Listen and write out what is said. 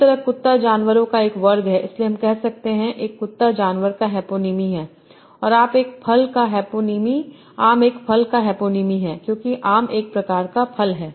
इसी तरह कुत्ता जानवरों का एक वर्ग है इसलिए हम कहते हैं कि एक कुत्ता जानवर का हैपोनीमी है और आम एक फल का हैपोनीमी है क्योंकि आम एक प्रकार का फल है